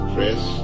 Press